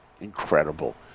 Incredible